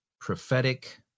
Prophetic